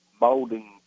molding